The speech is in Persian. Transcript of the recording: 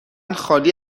خالی